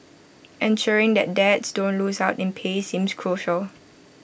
ensuring that dads don't lose out in pay seems crucial